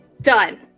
done